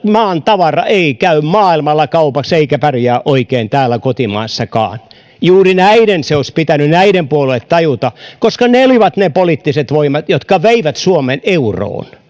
maan tavara ei kyllä käy maailmalla kaupaksi eikä pärjää oikein täällä kotimaassakaan juuri näiden puolueiden se olisi pitänyt tajuta koska ne olivat ne poliittiset voimat jotka veivät suomen euroon